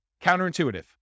Counterintuitive